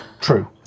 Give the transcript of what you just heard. True